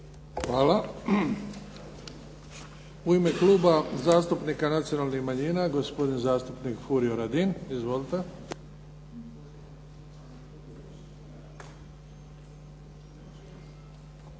Hvala. U ime Kluba zastupnika nacionalnih manjina, gospodin zastupnik Furio Radin. Izvolite.